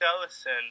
Ellison